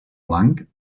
blanc